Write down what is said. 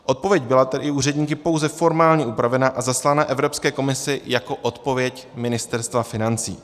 Odpověď byla úředníky pouze formálně upravena a zaslána Evropské komisi jako odpověď Ministerstva financí.